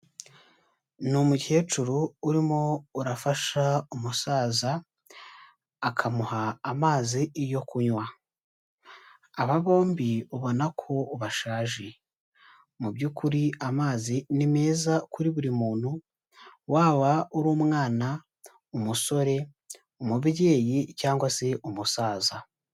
Ni umukecuru urimo urafasha umusaza, akamuha amazi yo kunywa, aba bombi ubona ko bashaje. Mu by'ukuri amazi ni meza kuri buri muntu, waba uri umwana, umusore, umubyeyi, cyangwa se umusaza.